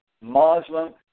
Muslim